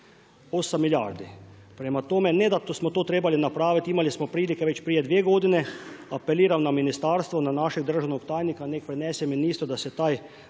milijardi. Prema tome ne da smo to trebali napraviti imali smo prilike prije dvije godine. Apeliram na ministarstvo na naše državnog tajnika nek prenese ministru da se taj